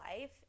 life